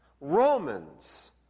Romans